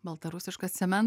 baltarusiškas cementas